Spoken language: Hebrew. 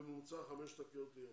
בממוצע חמש תקריות ביום.